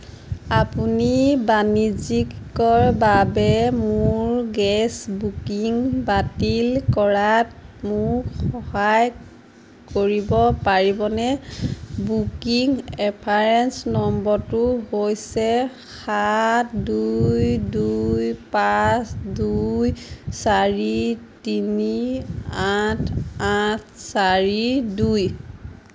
আপুনি বাণিজ্যিকৰ বাবে মোৰ গেছ বুকিং বাতিল কৰাত মোক সহায় কৰিব পাৰিবনে বুকিং ৰেফাৰেঞ্চ নম্বৰটো হৈছে সাত দুই দুই পাঁচ দুই চাৰি তিনি আঠ আঠ চাৰি দুই